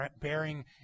bearing